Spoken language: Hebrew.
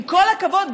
עם כל הכבוד,